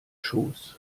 schoß